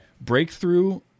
breakthrough